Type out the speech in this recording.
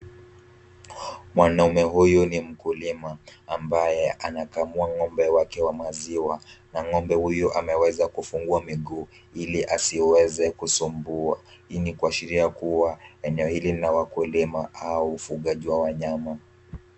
Mwanaume huyu ni mkulima ambaye anakamua ng'ombe wake wa maziwa na ng'ombe huyu ameweza kufungwa miguu ili asiweze kusumbua. Hii ni kuashiria kuwa eneo hili ni la wakulima au ufugaji wa wanyama.